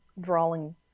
drawing